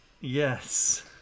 Yes